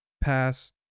pass